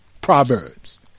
Proverbs